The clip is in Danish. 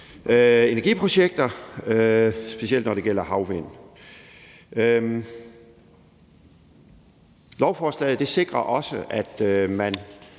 energi-projekter, specielt når det gælder havvind. Lovforslaget sikrer også, fordi